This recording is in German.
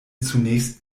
zunächst